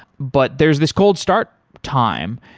but there is this cold start time.